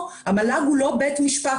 המל"ג הוא לא בית משפט,